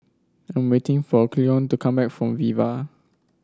I'm waiting for Cleone to come back from Viva